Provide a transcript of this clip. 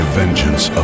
vengeance